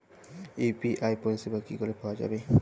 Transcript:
UPI পরিষেবা কি করে পাওয়া যাবে?